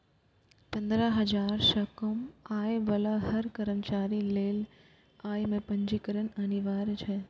पंद्रह हजार सं कम आय बला हर कर्मचारी लेल अय मे पंजीकरण अनिवार्य छै